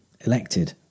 elected